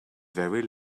very